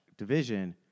division